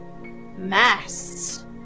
Masts